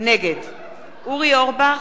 נגד אורי אורבך,